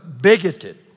bigoted